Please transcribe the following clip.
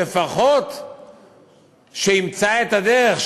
לפחות שימצא את הדרך,